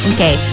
Okay